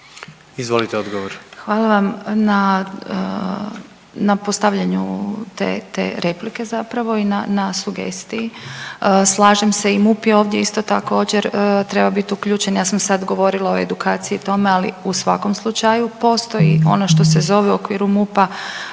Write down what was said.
**Bubaš, Marija** Hvala vam na, na postavljanju te replike zapravo i na sugestiji. Slažem se i MUP je ovdje isto također trebao biti uključen. Ja sam sad govorila o edukaciji i tome, ali u svakom slučaju postoji ono što se zove u okviru MUP-a